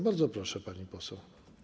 Bardzo proszę, pani poseł.